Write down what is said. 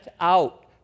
out